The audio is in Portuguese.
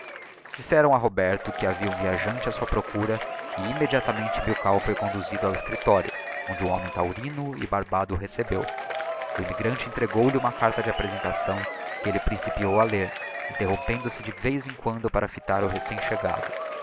disseram a roberto que havia um viajante á sua procura e immediatamente milkau foi conduzido ao cscriptorio onde um homem taurino e barbado o recebeu o immigrante entregou-lhe uma carta de apresentação que elle principiou a ler interrompendo se de vez em quando para fitar o